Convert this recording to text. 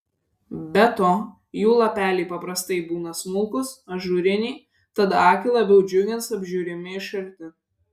be to jų lapeliai paprastai būna smulkūs ažūriniai tad akį labiau džiugins apžiūrimi iš arti